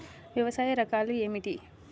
వ్యవసాయ రకాలు ఏమిటి?